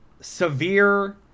severe